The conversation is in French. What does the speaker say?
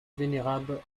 vénérable